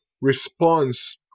response